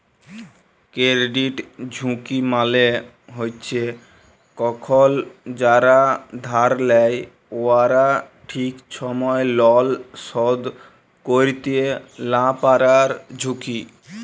credit ঝুঁকি মালে হছে কখল যারা ধার লেয় উয়ারা ঠিক ছময় লল শধ ক্যইরতে লা পারার ঝুঁকি